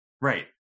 Right